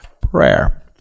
prayer